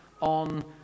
on